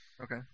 Okay